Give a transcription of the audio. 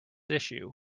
issue